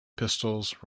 pistols